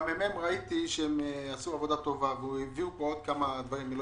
ראיתי שהממ"מ עשו עבודה טובה והביאו פה עוד כמה דברים אני לא